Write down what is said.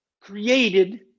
created